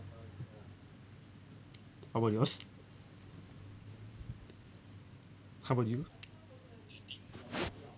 how about yours how about you